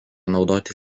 naudoti